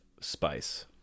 spice